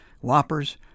Whoppers